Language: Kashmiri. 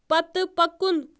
پتہٕ پکُن